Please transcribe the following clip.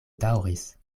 daŭris